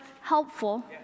helpful